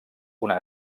una